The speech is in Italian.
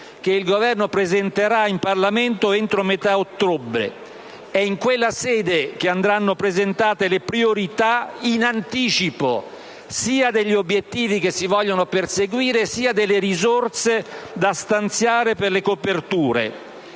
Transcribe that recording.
che il Governo presenterà in Parlamento entro la metà di ottobre. È in quella sede che andranno presentate le priorità, in anticipo, sia degli obiettivi che si vogliono perseguire sia delle risorse da stanziare per le coperture.